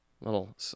little